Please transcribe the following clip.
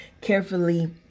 carefully